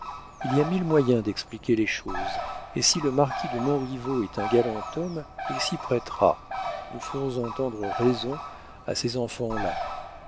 il y a mille moyens d'expliquer les choses et si le marquis de montriveau est un galant homme il s'y prêtera nous ferons entendre raison à ces enfants-là